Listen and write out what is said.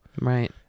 Right